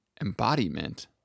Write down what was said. embodiment